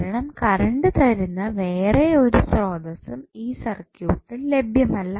കാരണം കറണ്ട് തരുന്ന വേറെ ഒരു സ്രോതസ്സും ഈ സർക്യൂട്ടിൽ ലഭ്യമല്ല